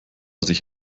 sich